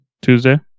Tuesday